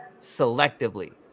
selectively